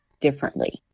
differently